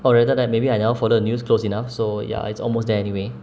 or rather that maybe I never follow the news close enough so ya it's almost there anyway